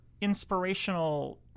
inspirational